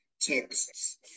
texts